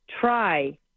try